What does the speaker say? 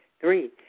Three